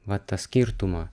vat tą skirtumą